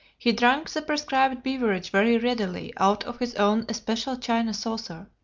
he drank the prescribed beverage very readily out of his own especial china saucer.